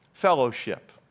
fellowship